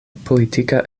politika